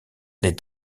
les